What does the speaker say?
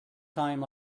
time